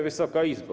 Wysoka Izbo!